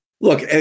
look